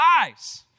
eyes